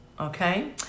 okay